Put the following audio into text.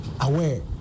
aware